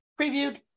previewed